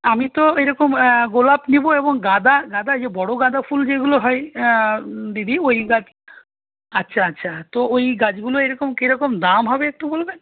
আমি তো এরকম গোলাপ নেব এবং গাঁদা গাঁদা যে বড়ো গাঁদা ফুল যেগুলো হয় দিদি ওই গাছ আচ্ছা আচ্ছা তো ওই গাছগুলো এরকম কিরকম দাম হবে একটু বলবেন